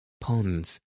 ponds